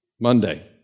Monday